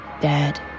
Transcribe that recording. dead